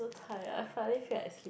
so tired I finally feel like sleep